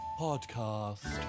Podcast